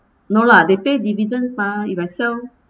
no lah they pay dividends mah if I sell